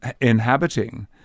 inhabiting